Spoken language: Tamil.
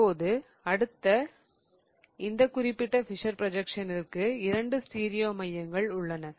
இப்போது அடுத்த இந்த குறிப்பிட்ட ஃபிஷர் ப்ரொஜக்ஸனிற்கு இரண்டு ஸ்டீரியோ மையங்கள் உள்ளன